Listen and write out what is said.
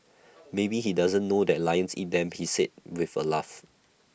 maybe he doesn't know that lions eat them he said with A laugh